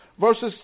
verses